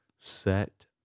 set